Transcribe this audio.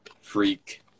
freak